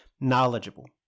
knowledgeable